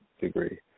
degree